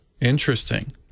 Interesting